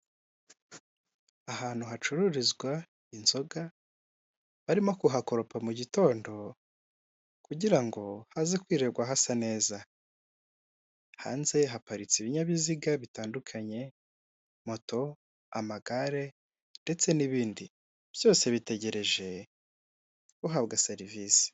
Ahantu hacururizwa inzoga barimo kuhakoropa mu mugitondo kugirango haze kwirirwa hasa neza, hanze haparitse ibinyabiziga bitandukanye moto, amagare ndetse n'ibindi byose bitegereje guhabwa serivisi.